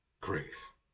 grace